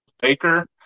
Baker